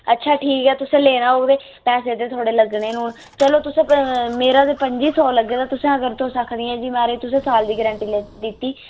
अच्छा ठीक ऐ तुसें लेना होग ते पैसे ते थुआढ़े लग्गने गै हून चलो तुस मेरा ते पंजी सौ लग्गे दा ते तुस आखनी आं कि जी महाराज तुसें साल दी गरांटी दित्ती